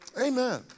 Amen